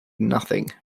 nothing